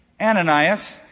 Ananias